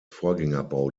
vorgängerbau